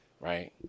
right